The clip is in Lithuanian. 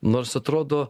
nors atrodo